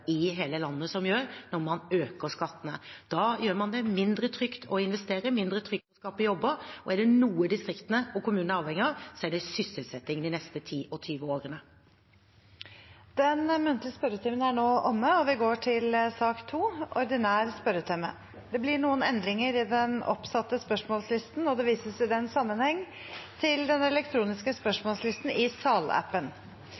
i hele landet som gjør, når man øker skattene. Da gjør man det mindre trygt å investere, mindre trygt å skape jobber. Og er det noe distriktene og kommunene er avhengig av, er det sysselsetting de neste 10–20 årene. Den muntlige spørretimen er nå omme. Det blir noen endringer i den oppsatte spørsmålslisten, og det vises i den sammenheng til den elektroniske